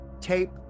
tape